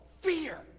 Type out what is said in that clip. fear